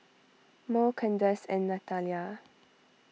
Murl Candace and Natalya